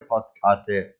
postkarte